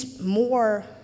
more